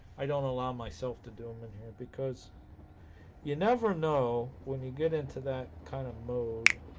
i don't allow myself to do them in here because you never know when you get into that kind of mode